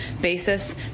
basis